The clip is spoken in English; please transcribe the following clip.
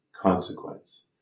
consequence